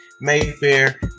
Mayfair